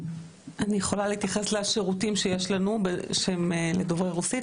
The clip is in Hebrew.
אני יכולה להתייחס לשירותים שיש לנו לדוברי רוסית.